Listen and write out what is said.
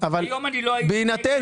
בהינתן